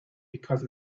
because